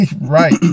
Right